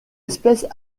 espèce